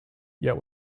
yet